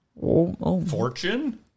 Fortune